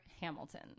Hamilton